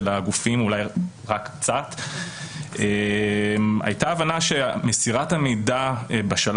גוף שלטוני קיבל את המידע כדין,